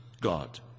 God